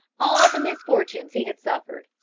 all the misfortunes he had suffered,